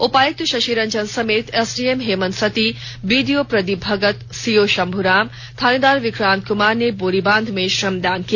उपायुक्त शशि रंजन समेत SDM Hemant Sati BDO Pradeep Bhagat CO Shambhu Ram थानेदार विक्रांत कुमार ने बोरीबांध में श्रमदान कर किया